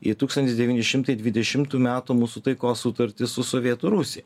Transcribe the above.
į tūkstantis devyni šimtai dvidešimtų metų mūsų taikos sutartį su sovietų rusija